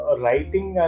writing